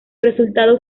resultado